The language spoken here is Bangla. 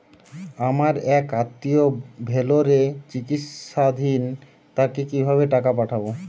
আমার এক আত্মীয় ভেলোরে চিকিৎসাধীন তাকে কি ভাবে টাকা পাঠাবো?